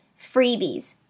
Freebies